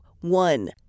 one